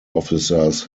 officers